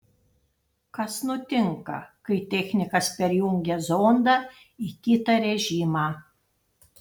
kas nutinka kai technikas perjungia zondą į kitą režimą